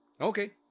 Okay